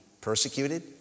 persecuted